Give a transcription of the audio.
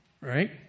right